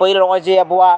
ᱯᱳᱭᱞᱳ ᱦᱚᱸᱜᱚᱭ ᱡᱮ ᱟᱵᱚᱣᱟᱜ